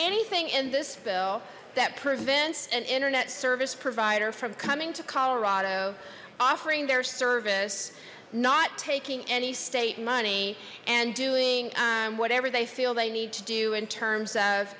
anything in this bill that prevents an internet service provider from coming to colorado offering their service not taking any state money and doing whatever they feel they need to do in terms